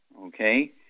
Okay